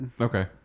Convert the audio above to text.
okay